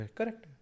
Correct